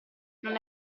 non